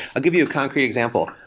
i'll give you a concrete example.